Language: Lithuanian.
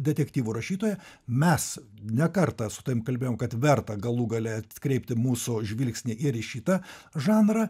detektyvų rašytoja mes ne kartą su tavim kalbėjom kad verta galų gale atkreipti mūsų žvilgsnį ir į šitą žanrą